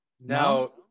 Now